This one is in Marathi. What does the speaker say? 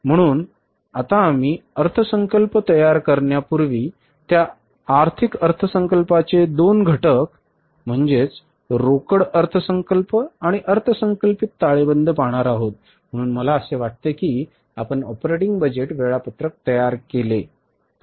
म्हणून आता आम्ही आर्थिक अर्थसंकल्प तयार करण्यापूर्वी त्या आर्थिक अर्थसंकल्पाचे दोन घटक म्हणजे रोकड अर्थसंकल्प आणि अर्थसंकल्पित ताळेबंद पाहणार आहोत म्हणून मला असे वाटते की आपण ऑपरेटिंग बजेट वेळापत्रक तयार केले